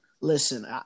listen